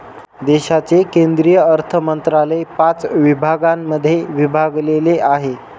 देशाचे केंद्रीय अर्थमंत्रालय पाच विभागांमध्ये विभागलेले आहे